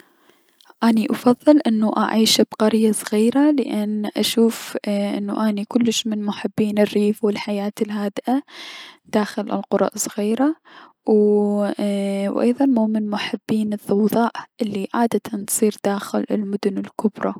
اني افضل اني اعيش بقرية صغيرة لأن اشوف انو اني كلش من محبين الريف و الحياة الهادئة داخل القرى الصغيرة و ايضا مو من محبين ضوضاء الي تصير داخل المدن الكبرى.